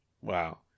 Wow